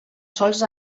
sols